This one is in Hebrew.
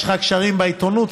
יש לך קשרים בעיתונות,